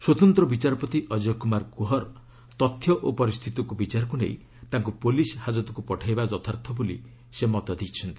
ସ୍ୱତନ୍ତ୍ର ବିଚାରପତି ଅଜୟକୁମାର କୁହର ତଥ୍ୟ ଓ ପରିସ୍ଥିତିକୁ ବିଚାରକୁ ନେଇ ତାଙ୍କୁ ପୁଲିସ୍ ହାଜତକୁ ପଠାଇବା ଯଥାର୍ଥ ବୋଲି ସେ ମତ ଦେଉଛନ୍ତି